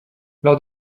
lors